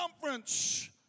conference